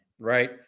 right